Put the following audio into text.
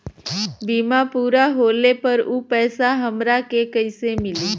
बीमा पूरा होले पर उ पैसा हमरा के कईसे मिली?